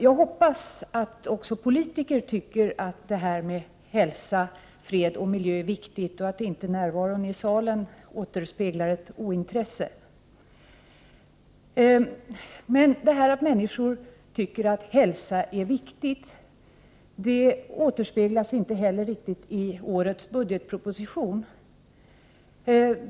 Jag hoppas att också politiker tycker att hälsa, fred och miljö är något viktigt — och att inte närvaron i salen återspeglar ett ointresse. Men detta att människor tycker att hälsa är viktigt återspeglas inte riktigt i årets budgetproposition.